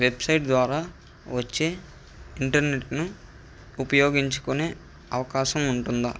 website ద్వారా వచ్చే ఇంటర్నెట్ను ఉపయోగించుకునే అవకాశం ఉంటుందా